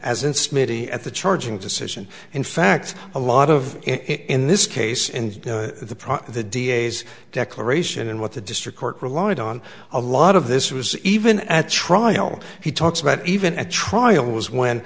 as an smitty at the charging decision in fact a lot of it in this case and the process of the d a s declaration and what the district court relied on a lot of this was even at trial he talks about even at trial was when